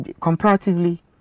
comparatively